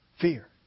fear